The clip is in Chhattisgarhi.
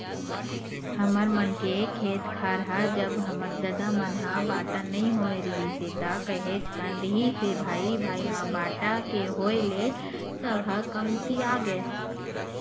हमर मन के खेत खार ह जब हमर ददा मन ह बाटा नइ होय रिहिस हे ता काहेच कन रिहिस हे भाई भाई म बाटा के होय ले सब कमतियागे